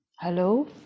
Hello